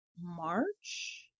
March